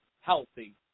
healthy